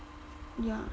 ya